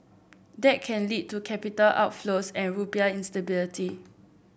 that can lead to capital outflows and rupiah instability